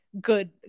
good